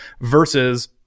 versus